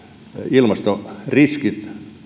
ilmastoriskit